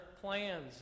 plans